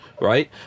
right